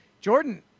Jordan